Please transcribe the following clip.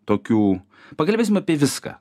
tokių pakalbėsim apie viską